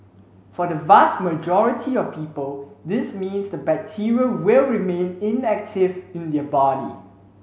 for the vast majority of people this means the bacteria will remain inactive in their body